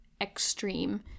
extreme